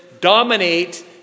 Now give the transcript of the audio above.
dominate